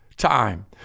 time